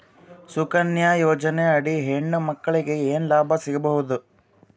ಸುಕನ್ಯಾ ಯೋಜನೆ ಅಡಿ ಹೆಣ್ಣು ಮಕ್ಕಳಿಗೆ ಏನ ಲಾಭ ಸಿಗಬಹುದು?